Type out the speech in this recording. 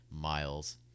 miles